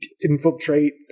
infiltrate